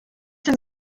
denn